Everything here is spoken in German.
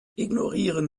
ignorieren